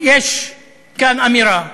יש כאן אמירה.